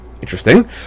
interesting